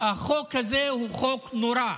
החוק הזה הוא חוק נורא,